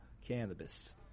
cannabis